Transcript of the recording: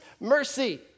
mercy